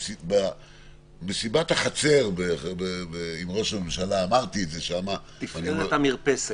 במסיבת החצר עם ראש הממשלה --- תפארת המרפסת.